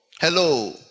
hello